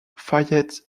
fayette